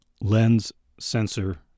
lens-sensor